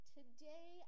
Today